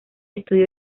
estudió